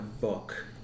book